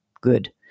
Good